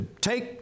take